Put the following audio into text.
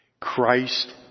Christ